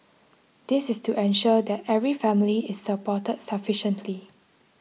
this is to ensure that every family is supported sufficiently